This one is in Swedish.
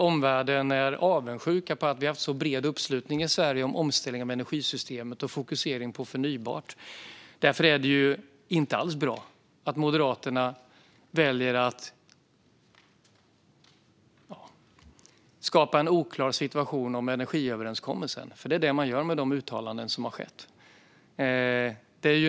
Omvärlden är avundsjuk på att vi har haft så bred uppslutning i Sverige om omställningen av energisystemet och fokuseringen på förnybart. Därför är det inte alls bra att Moderaterna väljer att skapa en oklar situation om energiöverenskommelsen, för det är det man gör med de uttalanden som har skett.